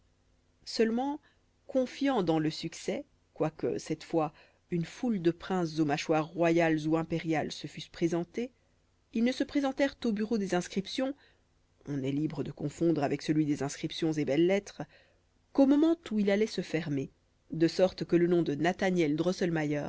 seulement confiants dans le succès quoique cette fois une foule de princes aux mâchoires royales ou impériales se fussent présentés ils ne se présentèrent au bureau des inscriptions on est libre de confondre avec celui des inscriptions et belles-lettres qu'au moment où il allait se fermer de sorte que le nom de nathaniel